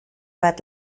bat